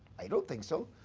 i don't think so.